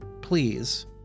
Please